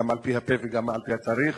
גם על-פי הפ"א וגם על-פי התאריך.